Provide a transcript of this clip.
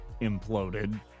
imploded